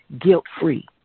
guilt-free